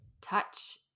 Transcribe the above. touch